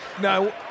No